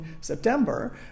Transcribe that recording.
September